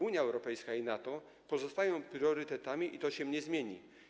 Unia Europejska i NATO pozostają priorytetami, i to się nie zmieni.